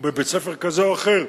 או בבית-ספר כזה או אחר,